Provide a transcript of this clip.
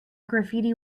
graffiti